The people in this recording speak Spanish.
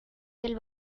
del